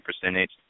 percentage